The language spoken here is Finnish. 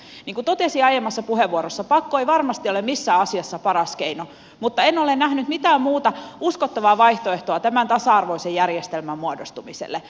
niin kuin totesin aiemmassa puheenvuorossa pakko ei varmasti ole missään asiassa paras keino mutta en ole nähnyt mitään muuta uskottavaa vaihtoehtoa tämän tasa arvoisen järjestelmän muodostumiselle